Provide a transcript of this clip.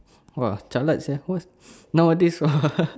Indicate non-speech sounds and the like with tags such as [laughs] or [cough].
!wah! jialat sia what nowadays [laughs]